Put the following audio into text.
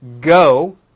Go